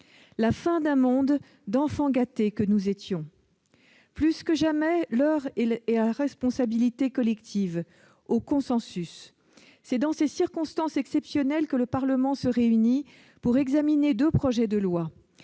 la fin d'un monde pour les enfants gâtés que nous étions ! Plus que jamais, l'heure est à la responsabilité collective et au consensus. C'est dans ces circonstances exceptionnelles que le Parlement se réunit pour examiner deux projets de loi.